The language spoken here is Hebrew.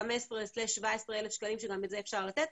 ה-15,000 17,000 שקלים שגם את זה אפשר לתת,